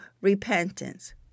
repentance